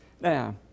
Now